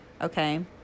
okay